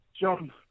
John